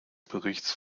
berichts